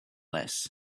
less